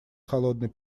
холодной